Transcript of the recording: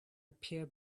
appear